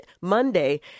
Monday